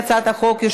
2018,